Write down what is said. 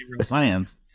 science